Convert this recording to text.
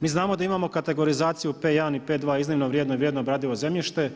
Mi znamo da imamo kategorizaciju P1 i P2 iznimno vrijedno i vrijedno obradivo zemljište,